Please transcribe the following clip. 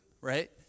right